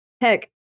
Heck